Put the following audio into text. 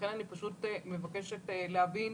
לכן אני מבקשת להבין